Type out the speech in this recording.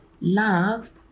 love